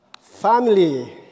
Family